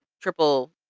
triple